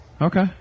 Okay